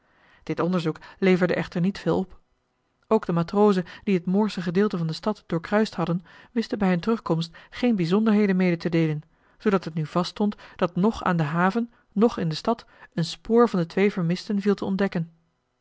dit onderzoek leverde echter niet veel op ook de matrozen die het moorsche gedeelte van de stad doorkruist hadden wisten bij hun terugkomst geen bijzonderheden mede te deelen zoodat het nu vaststond dat noch aan de haven noch in de stad een spoor van de twee vermisten viel te ontdekken